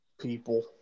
People